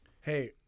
Hey